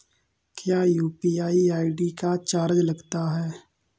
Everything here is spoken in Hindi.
क्या यू.पी.आई आई.डी का चार्ज लगता है?